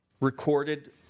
recorded